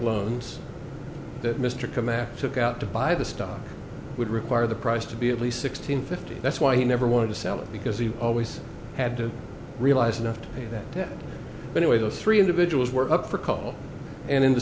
loans that mr command took out to buy the stock would require the price to be at least sixteen fifty that's why he never wanted to sell it because he always had to realize enough to pay that debt anyway those three individuals were up for call and in the